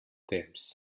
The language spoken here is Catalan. temps